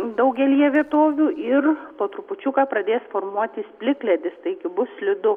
daugelyje vietovių ir po trupučiuką pradės formuotis plikledis taigi bus slidu